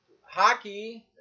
Hockey –